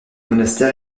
monastère